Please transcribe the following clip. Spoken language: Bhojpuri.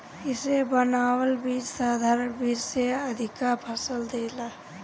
इसे बनावल बीज साधारण बीज से अधिका फसल देला